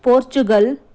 Portugal